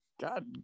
God